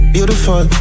Beautiful